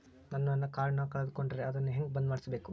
ನಾನು ನನ್ನ ಕಾರ್ಡನ್ನ ಕಳೆದುಕೊಂಡರೆ ಅದನ್ನ ಹೆಂಗ ಬಂದ್ ಮಾಡಿಸಬೇಕು?